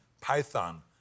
python